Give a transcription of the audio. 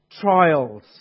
Trials